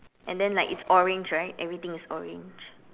and then like it's orange right everything is orange